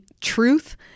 truth